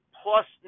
plus